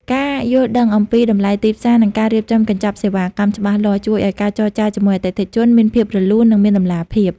ការយល់ដឹងអំពីតម្លៃទីផ្សារ និងការរៀបចំកញ្ចប់សេវាកម្ម ច្បាស់លាស់ ជួយឱ្យការចរចាជាមួយអតិថិជនមានភាពរលូន និងមានតម្លាភាព។